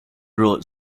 road